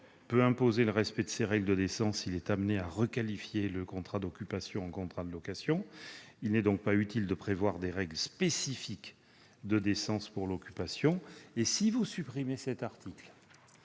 peut imposer le respect de ces règles de décence s'il est amené à requalifier le contrat d'occupation en contrat de location. Il n'est donc pas utile de prévoir des règles spécifiques de décence pour l'occupation. Si vous supprimez cet article,